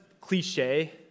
cliche